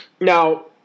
Now